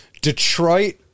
Detroit